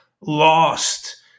lost